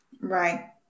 Right